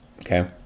okay